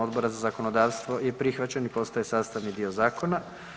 Odbora za zakonodavstvo je prihvaćen i postaje sastavni dio zakona.